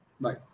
Bye